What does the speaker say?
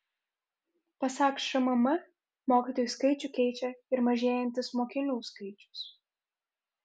pasak šmm mokytojų skaičių keičia ir mažėjantis mokinių skaičius